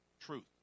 truth